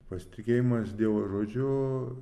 pasitikėjimas dievo žodžiu